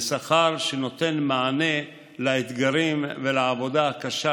ושכר שנותן מענה לאתגרים ולעבודה הקשה